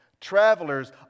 travelers